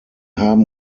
haben